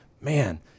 man